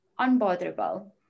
unbotherable